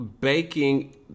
baking